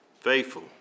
faithful